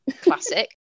Classic